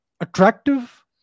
attractive